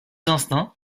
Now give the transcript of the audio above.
instincts